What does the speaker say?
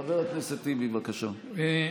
חבר הכנסת טיבי, בבקשה.